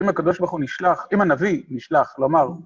אם הקב"ה נשלח, אם הנביא נשלח, לומר.